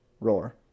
roar